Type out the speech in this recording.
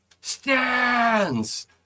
Stands